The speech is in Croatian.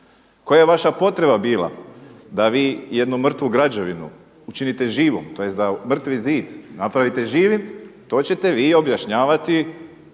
Koja je vaša potreba bila da vi jednu mrtvu građevinu učinite živom, tj. da mrtvi zid napravite živim to ćete vi objašnjavati